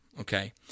Okay